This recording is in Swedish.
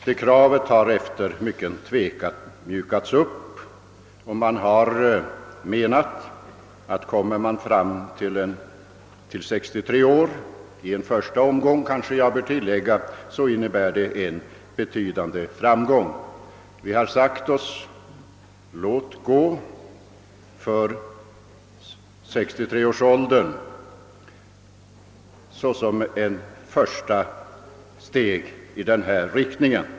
Det kravet har efter mycken tvekan mjukats upp, och man har menat, att kommer man fram till en åldersgräns vid 63 år — i en första omgång, kanske jag bör tillägga — är redan detta en betydande framgång. Vi har sagt oss: Låt gå för 63-årsåldern såsom ett första steg i denna riktning!